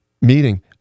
meeting